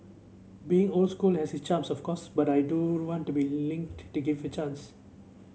being old school has its charms of course but I do want to be linked to give the chance